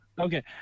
Okay